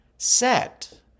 Set